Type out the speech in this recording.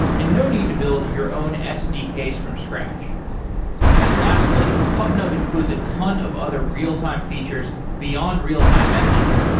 and no need to build your own sdks from scratch and lastly, pubnub includes a ton of other real-time features beyond real-time messaging,